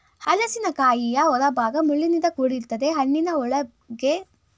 ಹಲಸಿನಕಾಯಿಯ ಹೊರಭಾಗ ಮುಳ್ಳಿನಿಂದ ಕೂಡಿರ್ತದೆ ಹಣ್ಣಿನ ಒಳಗೆ ತುಂಬಾ ತೊಳೆಗಳಿದ್ದು ಸಿಹಿಯಾಗಿರ್ತದೆ